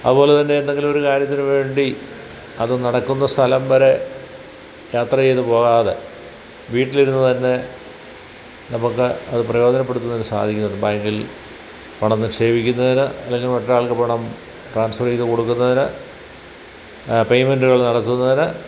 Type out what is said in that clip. അതുപോലെ തന്നെ എന്തെങ്കിലൊരു കാര്യത്തിന് വേണ്ടി അത് നടക്കുന്ന സ്ഥലം വരെ യാത്രെയ്ത് പോകാതെ വീട്ടിലിരുന്നു തന്നെ നമുക്ക് അത് പ്രയോജനപ്പെടുത്തുന്നതിന് സാധിക്കുന്നുണ്ട് ബാങ്കിൽ പണം നിക്ഷേപിക്കുന്നതിന് അല്ലെങ്കിൽ മറ്റൊരാൾക്ക് പണം ട്രാൻസ്ഫർ ചെയ്ത് കൊടുക്കുന്നതിന് പേയ്മെൻറ്റുകൾ നടത്തുന്നതിന്